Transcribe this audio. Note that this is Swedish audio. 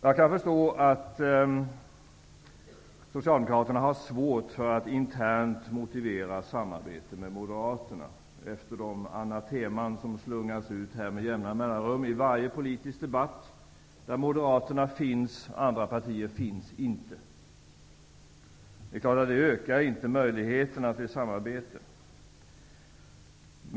Jag kan förstå att Socialdemokraterna har svårt att internt motivera samarbetet med Moderaterna efter de anateman som slungas ut här med jämna mellanrum i varje politisk debatt där Moderaterna finns, medan andra partier inte finns. Det är klart att det inte ökar möjligheterna till samarbete.